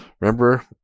remember